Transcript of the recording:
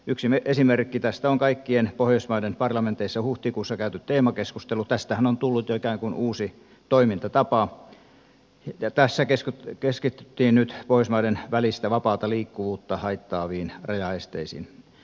yksi esimerkki tästä on kaikkien pohjoismaiden parlamenteissa huhtikuussa käyty teemakeskustelu tästähän on tullut jo ikään kuin uusi toimintatapa ja tässä keskityttiin nyt pohjoismaiden välistä vapaata liikkuvuutta haittaaviin rajaesteisiin